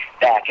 back